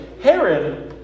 Herod